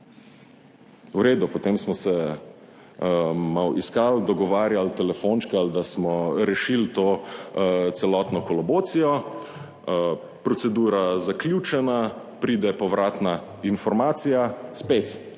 V redu, potem smo se malo iskali, dogovarjali, telefončkali, da smo rešili to celotno kolobocijo. Procedura zaključena, pride povratna informacija spet